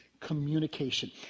Communication